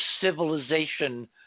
civilization